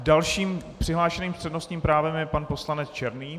Dalším přihlášeným s přednostním právem je pan poslanec Černý.